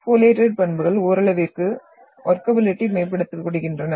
பாலியேடட் பண்புகள் ஓரளவிற்கு ஒர்க்கபிலிட்டி மேம்படுத்துகின்றன